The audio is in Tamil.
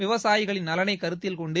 விவசாயிகளின் நலனை கருத்தில் கொண்டு